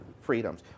freedoms